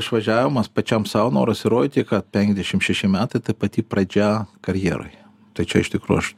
išvažiavimas pačiam sau noras įrodyti kad penkiasdešim šeši metai tai pati pradžia karjeroje tai čia iš tikro aš